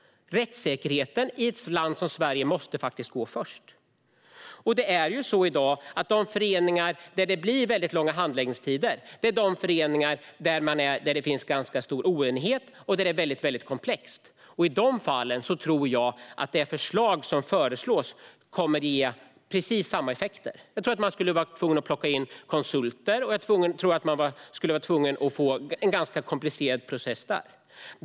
Rättssäkerheten måste i ett land som Sverige komma först. I dag är de föreningar där det råder ganska stor oenighet och där det hela är komplext också dem som det blir långa handläggningstider för. I dessa fall tror jag att det förslag som läggs fram kommer att ge precis samma effekter. Jag tror att man skulle vara tvungen att plocka in konsulter, och jag tror att man skulle vara tvungen att genomgå en ganska komplicerad process.